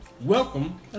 welcome